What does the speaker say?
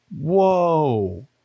Whoa